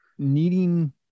needing